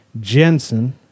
Jensen